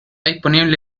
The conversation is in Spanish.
disponible